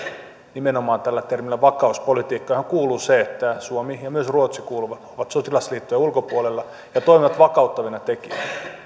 nimenomaan tällä termillä vakauspolitiikka johon kuuluu se että suomi ja myös ruotsi ovat sotilasliittojen ulkopuolella ja toimivat vakauttavina tekijöinä